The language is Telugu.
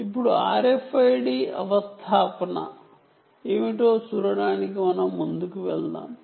ఇప్పుడు RFID ఇన్ఫ్రా స్ట్రక్చర్ ఏమిటో చూడటానికి మనం ముందుకు వెళ్దాం